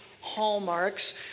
hallmarks